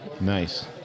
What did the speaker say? Nice